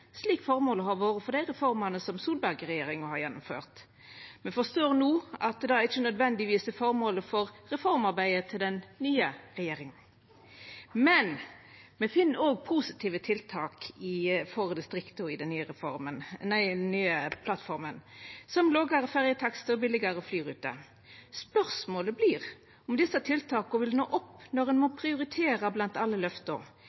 slik føremålet har vore med dei reformene som Solberg-regjeringa har gjennomført. Me forstår no at det ikkje nødvendigvis er føremålet med reformarbeidet til den nye regjeringa. Me finn òg positive tiltak for distrikta i den nye plattforma, som lågare ferjetakstar og billegare flyruter. Spørsmålet vert om desse tiltaka vil nå opp når ein må prioritera blant alle løfta